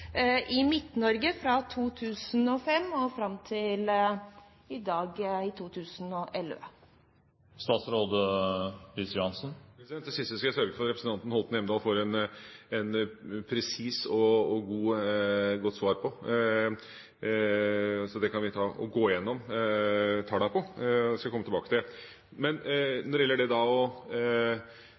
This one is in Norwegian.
i Midt-Norge fra 2005 og fram til i dag, i 2011. Det siste skal jeg sørge for at representanten Hjemdal får et presist og godt svar på. Det kan vi gå gjennom tallene på. Jeg skal komme tilbake til det. Når det gjelder det med å